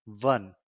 one